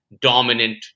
dominant